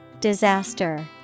Disaster